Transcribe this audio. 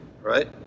right